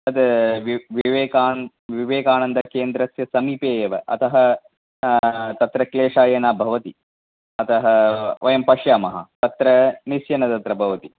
तद् विवे विवेका विवेकानन्दकेन्द्रस्य समीपे एव अतः तत्र क्लेशाय न भवति अतः वयं पश्यामः अत्र निश्चयेन तत्र भवति